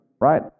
right